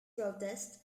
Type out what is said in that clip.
protests